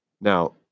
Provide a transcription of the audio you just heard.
Now